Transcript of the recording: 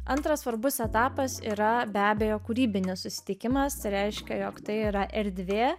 antras svarbus etapas yra be abejo kūrybinis susitikimas tai reiškia jog tai yra erdvė